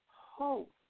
hope